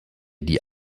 die